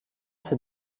ces